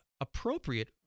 appropriate